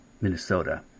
Minnesota